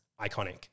iconic